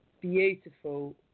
beautiful